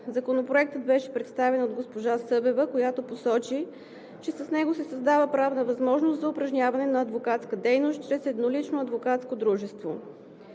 Законопроектът беше представен от госпожа Събева, която посочи, че с него се създава правна възможност за упражняване на адвокатска дейност чрез еднолично адвокатско дружество.